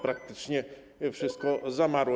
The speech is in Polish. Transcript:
Praktycznie wszystko zamarło.